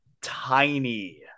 tiny